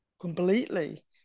completely